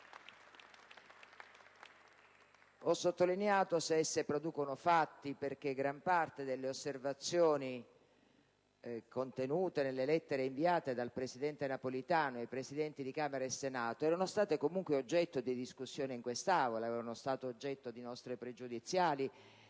Ho sottolineato l'espressione «se producono fatti», perché gran parte delle osservazioni contenute nelle lettere inviate dal presidente Napolitano ai Presidenti di Camera e Senato erano state comunque oggetto di discussione in quest'Aula, di nostre pregiudiziali